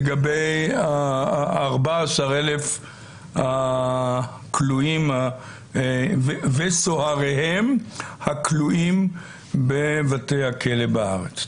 לגבי 14,000 הכלואים וסוהריהם הכלואים בבתי הכלא בארץ.